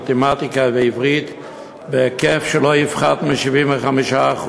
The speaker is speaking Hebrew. מתמטיקה ועברית בהיקף שלא יפחת מ-75%.